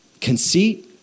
conceit